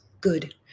good